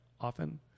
often